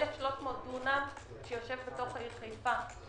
1,300 דונם שיושב בתוך העיר חיפה.